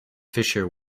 fissure